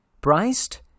priced